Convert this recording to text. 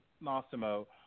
Massimo